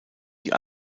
die